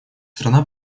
страна